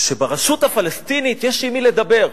שברשות הפלסטינית יש עם מי לדבר.